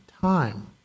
time